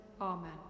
Amen